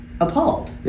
appalled